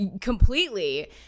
completely